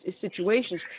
situations